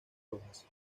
rojas